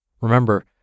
Remember